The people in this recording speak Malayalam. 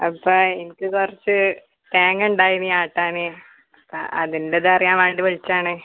അപ്പം എനിക്ക് കുറച്ച് തേങ്ങയുണ്ടായിന് ആട്ടാൻ അപ്പം അതിൻ്റെ ഇതറിയാൻ വേണ്ടി വിളിച്ചതാണ്